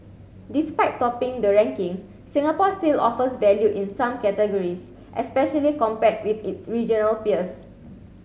despite topping the ranking Singapore still offers value in some categories especially compared with its regional peers